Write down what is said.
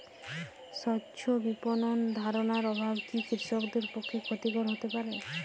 স্বচ্ছ বিপণন ধারণার অভাব কি কৃষকদের পক্ষে ক্ষতিকর হতে পারে?